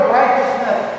righteousness